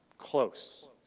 close